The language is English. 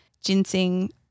ginseng